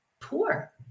poor